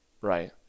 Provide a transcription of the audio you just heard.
right